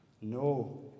No